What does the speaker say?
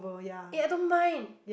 eh I don't mind